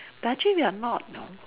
but actually we are not you know